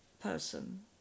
person